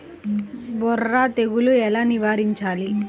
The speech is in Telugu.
బొబ్బర తెగులు ఎలా నివారించాలి?